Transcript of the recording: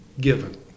given